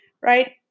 right